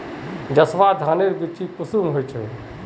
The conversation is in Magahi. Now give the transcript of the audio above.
जसवा धानेर बिच्ची कुंसम होचए?